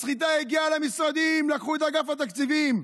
הסחיטה הגיעה למשרדים, לקחו את אגף התקציבים.